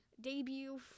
Debut